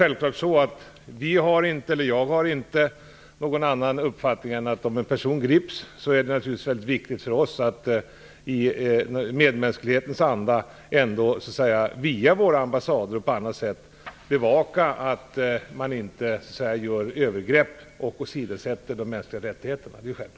Jag har självfallet ingen annan uppfattning än att det, om en person grips, är väldigt viktigt för oss att i medmänsklighetens anda via våra ambassader och på annat sätt bevaka att övergrepp inte begås och att de mänskliga rättigheterna inte åsidosätt.